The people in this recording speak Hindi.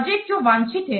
प्रोजेक्ट जो वांछित है